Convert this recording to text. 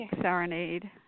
serenade